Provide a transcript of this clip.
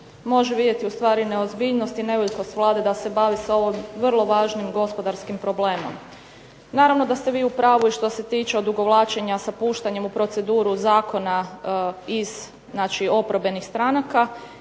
može vidjeti ustvari neozbiljnost i nevoljkost Vlade da se bavi s ovim vrlo važnim gospodarskim problemom. Naravno da ste vi u pravu i što se tiče odugovlačenja sa puštanjem u proceduru zakona iz oporbenih stranaka,